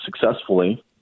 successfully